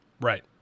Right